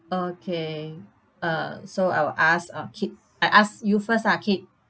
okay uh so I will ask uh kate I ask you first ah kate